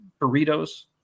burritos